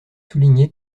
souligné